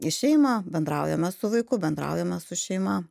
į šeimą bendraujame su vaiku bendraujame su šeima